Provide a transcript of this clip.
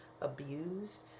abused